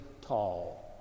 tall